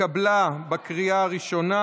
התקבלה בקריאה הראשונה.